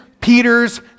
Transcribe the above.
Peter's